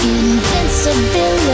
invincibility